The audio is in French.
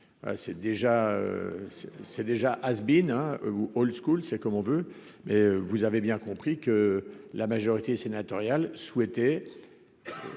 c'est déjà has been Old School, c'est comme on veut, et vous avez bien compris que la majorité sénatoriale souhaité